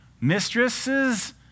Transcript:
mistresses